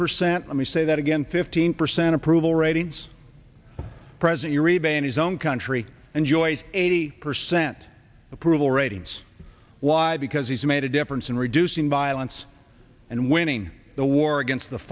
percent let me say that again fifteen percent approval ratings present your read and his own country and joyce eighty percent approval ratings why because he's made a difference in reducing violence and winning the war against the